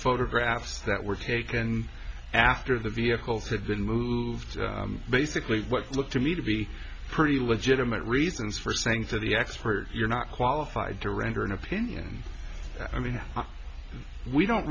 photographs that were taken after the vehicles had been moved basically what looked to me to be pretty legitimate reasons for saying to the expert you're not qualified to render an opinion i mean we don't